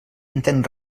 entén